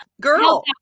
girl